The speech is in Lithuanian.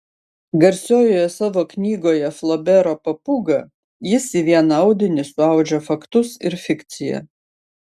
garsiojoje savo knygoje flobero papūga jis į vieną audinį suaudžia faktus ir fikciją